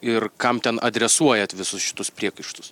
ir kam ten adresuojat visus šitus priekaištus